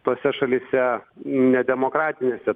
tose šalyse nedemokratinėse